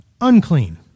unclean